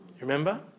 Remember